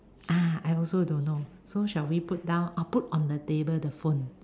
uh I also don't know so shall we put down or put on the table the phone